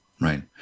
Right